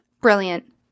Brilliant